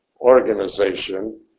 organization